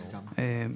וגם,